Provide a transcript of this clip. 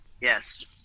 Yes